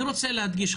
אני רוצה להדגיש,